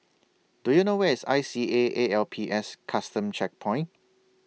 Do YOU know Where IS I C A A L P S Custom Checkpoint